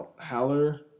Haller